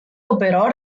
operò